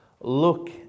look